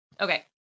Okay